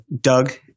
Doug